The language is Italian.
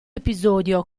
episodio